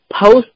post